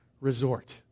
resort